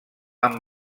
amb